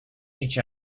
each